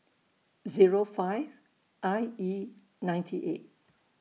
Zero five I E ninety eight